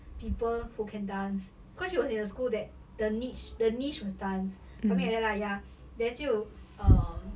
people who can dance because she was in a school that the niche the niche was dance something like that lah ya then 就 um